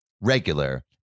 regular